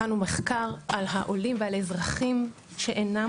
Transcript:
הכנו מחקר על העולים ועל האזרחים שאינם